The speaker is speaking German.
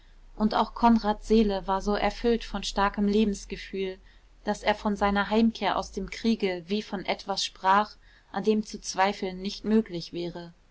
und auch konrads seele war so erfüllt von starkem lebensgefühl daß er von seiner heimkehr aus dem kriege wie von etwas sprach an dem zu zweifeln nicht möglich wäre